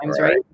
right